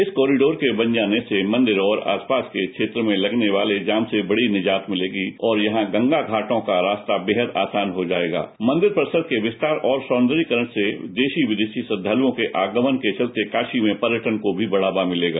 इस कॉरिबोर के बन जाने से मदिर और आसपास के क्षेत्र में लगने वाले जाम से बड़ी निजात मिलेगी और यहां से गंगा घाटों का रास्ता बेहद आसान हो जाएगा मंदिर परिसर के विस्तार और सुन्दरीकरण से देशी विदेशी श्रद्धालुओं के आगमन के चलते कारी में पर्यटन को और भी बढ़ावा मिलेगा